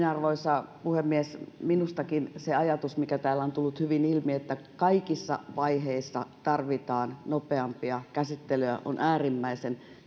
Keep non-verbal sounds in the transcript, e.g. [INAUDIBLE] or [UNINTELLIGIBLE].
[UNINTELLIGIBLE] arvoisa puhemies minustakin se ajatus mikä täällä on tullut hyvin ilmi että kaikissa vaiheissa tarvitaan nopeampia käsittelyjä on äärimmäisen